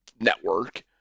network